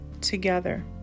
together